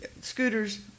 scooters